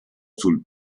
sul